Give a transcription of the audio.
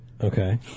Okay